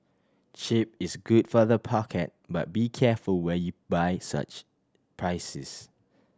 cheap is good for the pocket but be careful where you buy such prices